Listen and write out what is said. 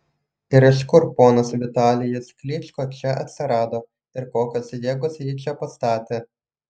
ir iš kur ponas vitalijus klyčko čia atsirado ir kokios jėgos jį čia pastatė